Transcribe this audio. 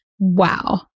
Wow